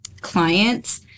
clients